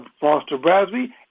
Foster-Brasby